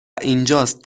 اینجاست